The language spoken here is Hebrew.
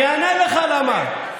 אני אענה לך למה,